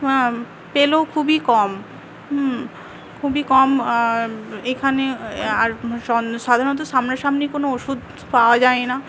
পেলেও খুবই কম খুবই কম এখানে আর সাধারণত সামনা সামনি কোনো ওষুধ পাওয়া যায় না